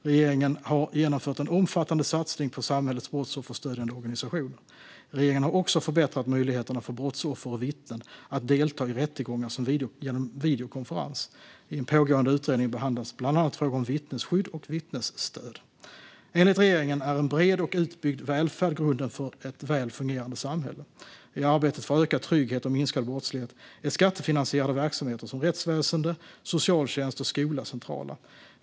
Regeringen har genomfört en omfattande satsning på samhällets brottsofferstödjande organisationer. Regeringen har också förbättrat möjligheterna för brottsoffer och vittnen att delta i rättegångar genom videokonferens. I en pågående utredning behandlas bland annat frågor om vittnesskydd och vittnesstöd. Enligt regeringen är en bred och utbyggd välfärd grunden för ett väl fungerande samhälle. I arbetet för ökad trygghet och minskad brottslighet är skattefinansierade verksamheter som rättsväsen, socialtjänst och skola centrala.